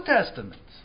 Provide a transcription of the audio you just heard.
Testament